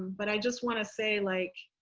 but i just want to say, like,